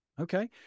Okay